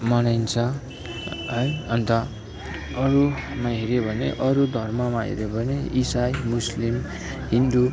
मनाइन्छ है अन्त अरूमा हेऱ्यो भने अरू धर्ममा हेर्यो भने इसाई मुस्लिम हिन्दू